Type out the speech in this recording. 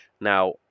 Now